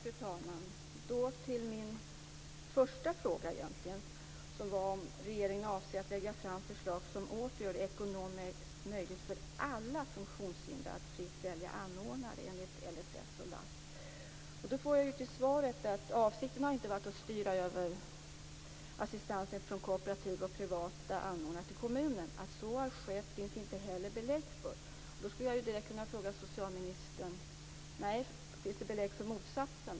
Fru talman! Då går jag till min första fråga, om ifall regeringen avser att lägga fram förslag som återigen gör det ekonomiskt möjligt för alla funktionshindrade att fritt välja anordnare enligt LSS och LASS. Jag får till svar att avsikten inte har varit att styra över assistans från kooperativa och privata anordnare till kommunen. Att så har skett finns det inte heller belägg för. Då skulle jag direkt kunna fråga socialministern: Finns det belägg för motsatsen?